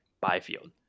Byfield